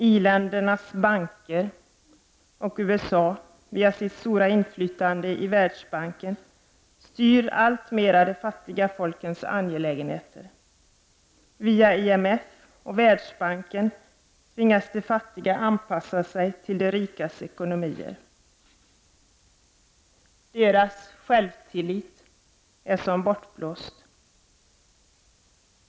I-ländernas banker och USA via sitt stora inflytande i Världsbanken styr alltmera de fattiga folkens angelägenheter. Via IMF och Världsbanken tvingas de fattiga anpassa sig till de rikas ekonomier. Deras självtillit är som bortblåst.